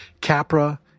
CAPRA